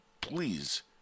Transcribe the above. please